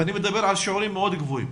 ואני מדבר על שיעורים מאוד גבוהים.